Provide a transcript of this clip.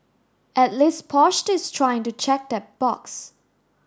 at least Porsche is trying to check that box